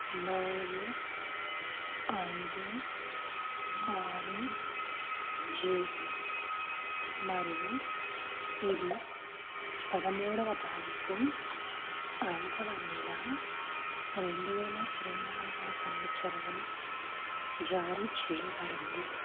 నాలుగు ఐదు ఆరు జే మరియు ఇది పదమూడవ తారీఖు ఐదవ నెల రెండు వేల ఇరవై నాల్గవ సంవత్సరమున జారీ చేయబడింది